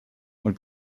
und